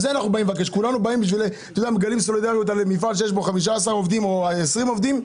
כולם מגלים סולידריות כלפי מפעל שיש בו 15 עובדים או 20 עובדים,